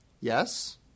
Yes